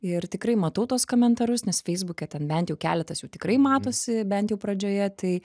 ir tikrai matau tuos komentarus nes feisbuke ten bent jau keletas jų tikrai matosi bent jau pradžioje tai